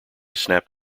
snapped